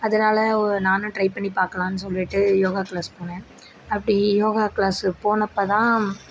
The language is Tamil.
அதனால் நானும் ட்ரை பண்ணி பார்க்கலான்னு சொல்லிட்டு யோகா க்ளாஸ் போனேன் அப்படி யோகா க்ளாஸ் போனப்போ தான்